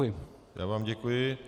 Já vám děkuji.